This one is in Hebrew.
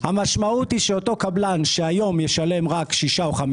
המשמעות היא שאותו קבלן, שהיום ישלם רק 5% או 6%